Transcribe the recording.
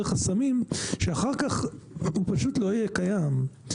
חסמים שאחר כך הוא פשוט לא יהיה קיים.